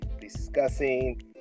discussing